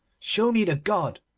show me the god,